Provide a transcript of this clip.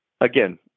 again